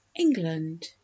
england